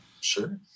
Sure